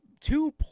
two